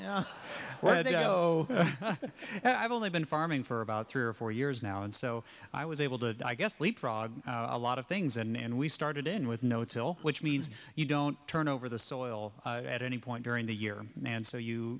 go i've only been farming for about three or four years now and so i was able to i guess leap frog a lot of things and we started in with no till which means you don't turn over the soil at any point during the year and so you